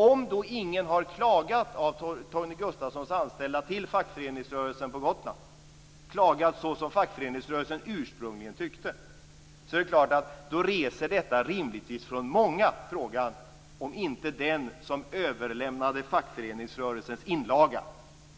Om ingen av Torgny Gustafssons anställda har klagat till fackföreningsrörelsen på Gotland, klagat så som fackföreningsrörelsen ursprungligen tyckte, reser detta rimligtvis från många frågan om inte den som överlämnade fackföreningsrörelsens inlaga